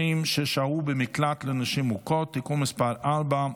ששהו במקלט לנשים מוכות) (תיקון מספר 4),